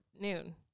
noon